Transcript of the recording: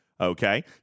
okay